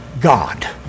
God